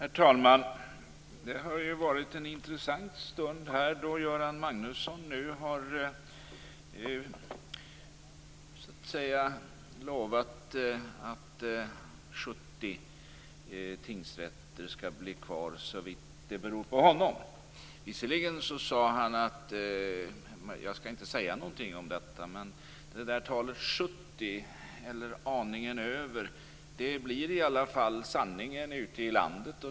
Herr talman! Det har varit en intressant stund, då Göran Magnusson nu har lovat att 70 tingsrätter skall bli kvar såvitt det beror på honom. Jag skall inte säga någonting om detta, men det där antalet 70 eller aningen däröver blir i alla fall sanningen ute i landet.